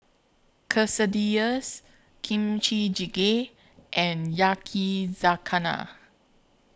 Quesadillas Kimchi Jjigae and Yakizakana